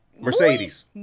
Mercedes